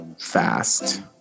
fast